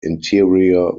interior